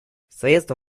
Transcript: средства